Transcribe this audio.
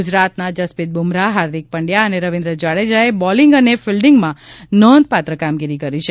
ગુજરાતના જસપ્રિત બુમરાહ હાર્દિક પંડચા અને રવિન્દ્ર જાડેજાએ બોલીંગ અને ફિલ્ડીંગમાં નોંધપાત્ર કામગીરી કરી છે